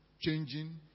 changing